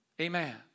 Amen